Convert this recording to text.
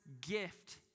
gift